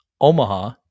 Omaha